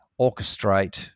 orchestrate